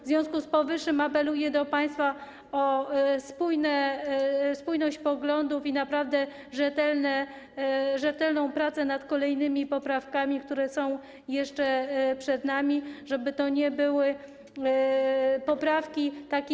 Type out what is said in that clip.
W związku z powyższym apeluję do państwa o spójność poglądów i naprawdę rzetelną pracę nad kolejnymi poprawkami, które są jeszcze przed nami, żeby to nie były poprawki takie.